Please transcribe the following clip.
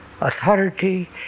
authority